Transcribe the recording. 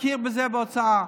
צריך להכיר בזה כהוצאה.